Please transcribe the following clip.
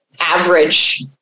average